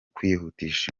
kwihutisha